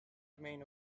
remain